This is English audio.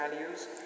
values